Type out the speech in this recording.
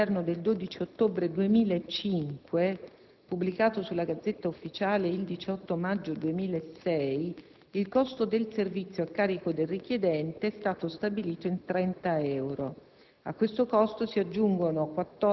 Con decreto del Ministro dell'interno del 12 ottobre 2005, pubblicato sulla Gazzetta Ufficiale del 18 maggio 2006, il costo del servizio, a carico del richiedente, è stato stabilito in 30 euro.